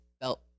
felt